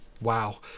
wow